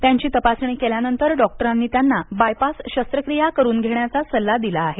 त्यांची तपासणी केल्यानंतर डॉक्टरांनी त्यांना बाय पास शस्त्रक्रिया करुन घेण्याचा सल्ला दिला आहे